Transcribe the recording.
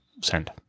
send